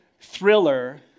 thriller